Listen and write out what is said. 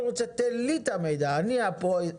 תיקון חוק המידע הפלילי73.